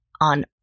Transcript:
on